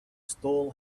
stall